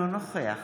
אינו נוכח